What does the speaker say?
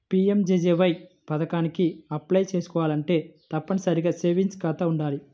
PMJJBY పథకానికి apply చేసుకోవాలంటే తప్పనిసరిగా సేవింగ్స్ ఖాతా వుండాలి